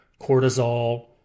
cortisol